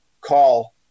call